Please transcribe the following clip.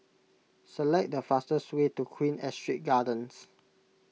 Select the fastest way to Queen Astrid Gardens